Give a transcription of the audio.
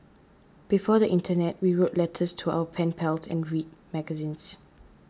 before the internet we wrote letters to our pen pals and read magazines